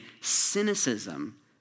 cynicism